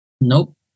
Nope